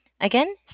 Again